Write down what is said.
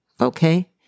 okay